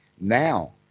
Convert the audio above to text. now